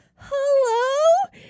hello